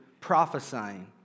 prophesying